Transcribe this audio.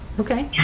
okay.